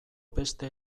beste